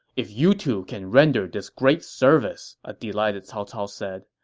if you two can render this great service, a delighted cao cao said,